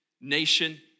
nation